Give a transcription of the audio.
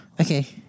Okay